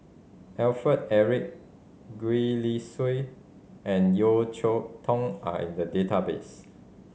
Alfred Eric Gwee Li Sui and Yeo Cheow Tong are in the database